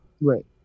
Right